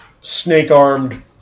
snake-armed